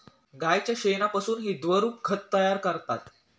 गाईच्या शेणापासूनही द्रवरूप खत तयार करतात